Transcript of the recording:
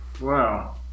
Wow